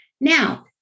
Now